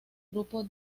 grupo